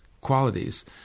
qualities